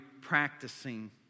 practicing